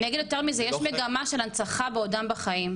אני אגיד יותר מזה יש מגמה של הנצחה בעודם בחיים.